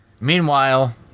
Meanwhile